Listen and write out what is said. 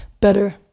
better